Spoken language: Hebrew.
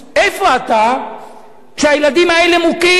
איפה אתה כשהילדים האלה מוכים?